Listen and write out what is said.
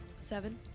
Seven